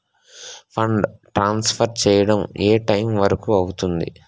Fund transfer చేయడం ఏ time వరుకు అవుతుంది?